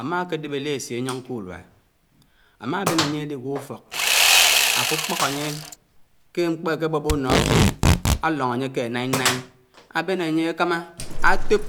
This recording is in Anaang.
Ámá kédeb ékesi áñyóñ kùlùá, ámábén ányé ádigwó úfók, áfò kpók ányé ké mkpó éké bóbó ùnó fíén álóñ ányé ké ánáí-náí ábén ányé ákámá átób